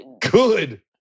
Good